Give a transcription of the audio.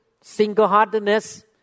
single-heartedness